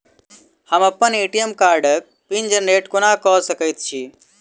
हम अप्पन ए.टी.एम कार्डक पिन जेनरेट कोना कऽ सकैत छी?